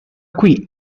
qui